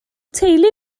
teulu